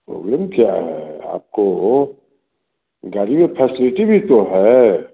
problem क्या है आपको गाड़ी में फैसलिटी भी तो है